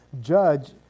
judge